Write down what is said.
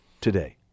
today